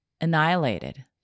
annihilated